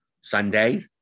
Sunday